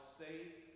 safe